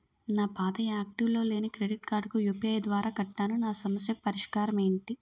నా పాత యాక్టివ్ లో లేని క్రెడిట్ కార్డుకు యు.పి.ఐ ద్వారా కట్టాను నా సమస్యకు పరిష్కారం ఎంటి?